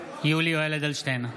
יולי יואל אדלשטיין,